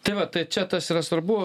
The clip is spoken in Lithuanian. tai va tai čia tas yra svarbu